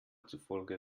zufolge